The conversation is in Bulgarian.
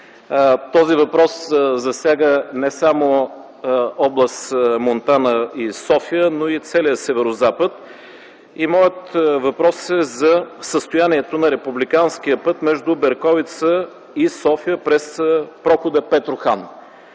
Този въпрос засяга не само област Монтана и София, но и целия северозапад. Моят въпрос е за състоянието на републиканския път между Берковица и София през прохода Петрохан.